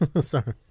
Sorry